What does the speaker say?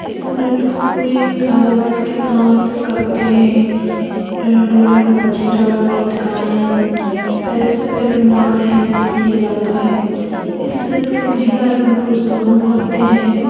इस नृत्य को पूरी साज बाज के साथ करते हैं ढोलक मंजीरा गीत गायन पैरो से पैर मिलकर यह नृत्य किया जाता है इस नृत्य को महिला एवं पुरुष दोनों करते हैं